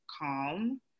calm